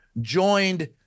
joined –